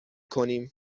کنیم